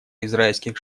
израильских